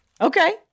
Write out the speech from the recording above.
Okay